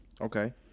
Okay